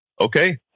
okay